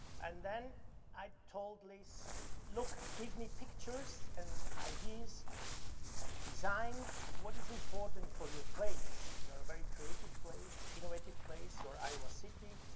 and then i told liz look, give me pictures and ideas and designs, what is important for your place. you're a very creative place, innovative place. you're iowa city.